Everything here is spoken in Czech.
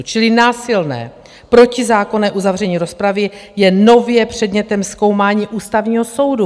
Čili násilné protizákonné uzavření rozpravy je nově předmětem zkoumání Ústavního soudu.